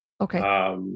Okay